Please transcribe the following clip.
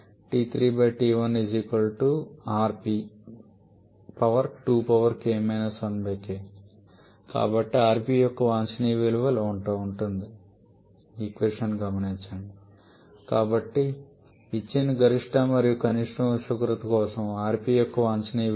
ఇది కాబట్టి rp యొక్క వాంఛనీయ విలువ ఇలా ఉంటుంది కాబట్టి ఇచ్చిన గరిష్ట మరియు కనిష్ట ఉష్ణోగ్రత కోసం rp యొక్క వాంఛనీయ విలువ